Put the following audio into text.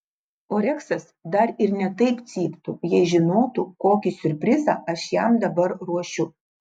o reksas dar ir ne taip cyptų jei žinotų kokį siurprizą aš jam dabar ruošiu